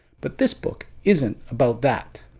but this book isn't about that,